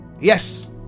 yes